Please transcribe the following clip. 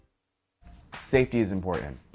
safety is important.